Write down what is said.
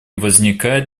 возникает